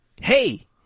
hey